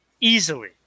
easily